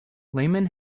lehmann